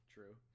True